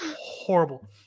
horrible